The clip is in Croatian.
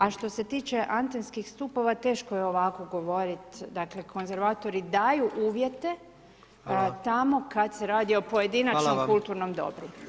A što se tiče antenskih stupova, teško je ovako govorit, dakle konzervatori daju uvjete tamo kad se radi o pojedinačnom kulturnom dobru.